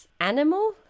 animal